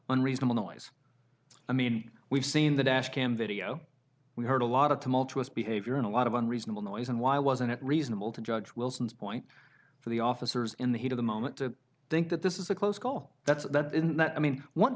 unreasonable noise i mean we've seen the dash cam video we heard a lot of them all to us behavior in a lot of unreasonable noise and why wasn't it reasonable to judge wilson's point for the officers in the heat of the moment to think that this is a close call that's that in that i mean once